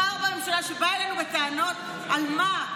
לא סומכים על זה שמערכת המשפט תגן עליהם.